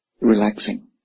relaxing